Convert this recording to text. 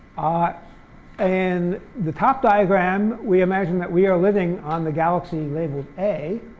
ah and the top diagram we imagine that we are living on the galaxy labeled a.